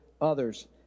others